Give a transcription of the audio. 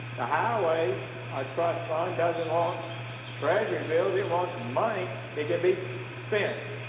the highway trust fund doesn't want treasury bills, it wants money that can be so spent.